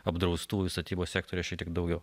apdraustųjų statybos sektoriuje šiek tiek daugiau